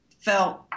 felt